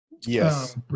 yes